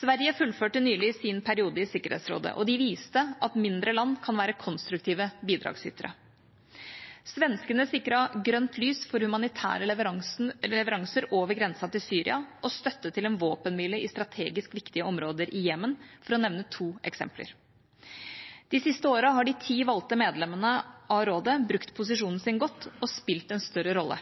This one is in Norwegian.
Sverige fullførte nylig sin periode i Sikkerhetsrådet, og de viste at mindre land kan være konstruktive bidragsytere. Svenskene sikret grønt lys for humanitære leveranser over grensen til Syria og støtte til en våpenhvile i strategisk viktige områder i Jemen, for å nevne to eksempler. De siste årene har de ti valgte medlemmene av rådet brukt posisjonen sin godt og spilt en større rolle.